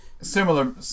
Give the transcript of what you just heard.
similar